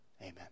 Amen